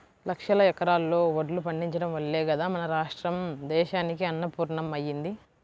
లక్షల ఎకరాల్లో వడ్లు పండించడం వల్లే గదా మన రాష్ట్రం దేశానికే అన్నపూర్ణమ్మ అయ్యింది